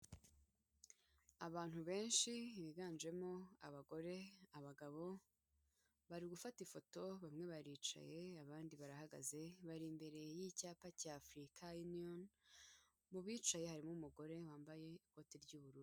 Abantu benshi biganjemo abagore, abagabo, bari gufata ifoto bamwe baricaye abandi barahagaze, bari imbere y'icyapa cya Africa Union, mu bicaye harimo umugore wambaye ikoti ry'ubururu.